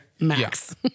Max